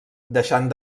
deixant